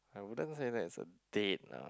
I wouldn't say that is a date ah